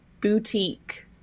boutique